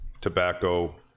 tobacco